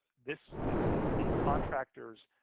this is the contractor's,